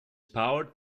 powered